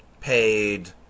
paid